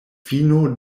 fino